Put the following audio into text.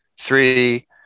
three